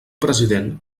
president